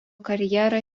karjerą